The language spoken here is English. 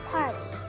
Party